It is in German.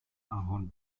ahorn